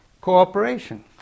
cooperation